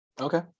Okay